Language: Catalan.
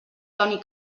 toni